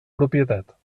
propietat